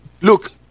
Look